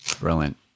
Brilliant